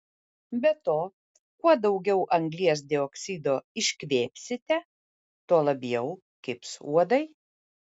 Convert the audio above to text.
be to kuo daugiau anglies dioksido iškvėpsite tuo labiau kibs uodai